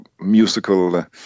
musical